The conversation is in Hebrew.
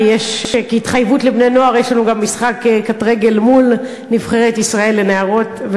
כי כהתחייבות לבני-נוער יש לנו גם משחק קט-רגל מול נבחרת ישראל לנערות,